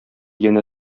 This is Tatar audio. янә